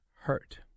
hurt